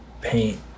paint